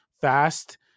fast